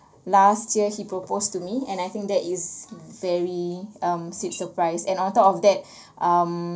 last year he proposed to me and I think that is very um sweet surprise and on top of that um